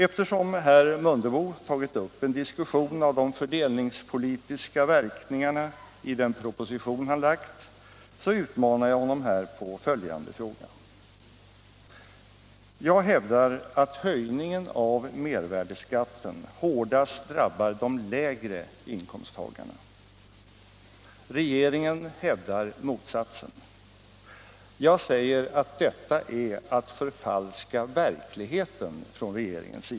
Eftersom herr Mundebo tagit upp en diskussion om de fördelningspolitiska verkningarna i kompletteringspropositionen som han lagt fram utmanar jag honom här på följande fråga: Jag hävdar att höjningen av mervärdeskatten hårdast drabbar de lägre inkomsttagarna. Regeringen hävdar motsatsen. Jag säger att detta är att förfalska verkligheten.